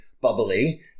bubbly